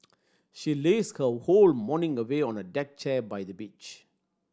she lazed her whole morning away on a deck chair by the beach